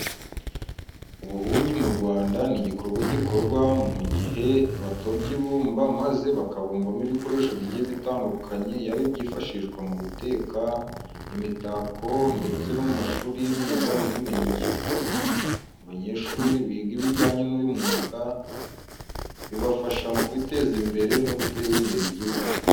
Ububumbyi mu Rwanda ni igikorwa gikorwa mu gihe batobye ibumba maze bakabumbamo ibikoresho bigiye bitandukanye yaba ibyifashishwa mu guteka, imitako ndetse no mu mashuri y'imyuga n'ubumenyingiro. Abanyeshuri biga ibijyanye n'uyu mwuga bibafasha mu kwiteza imbere no guteza imbere Igihugu.